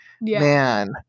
man